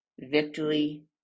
victory